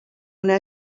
una